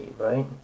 right